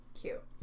Cute